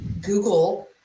Google –